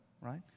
right